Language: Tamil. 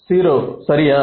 0 சரியா